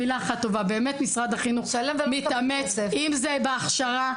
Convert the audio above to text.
מילה טובה, באמת, משרד החינוך מתאמץ אם זה בהכשרה.